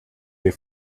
they